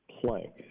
play